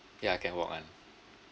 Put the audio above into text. ya can walk [one]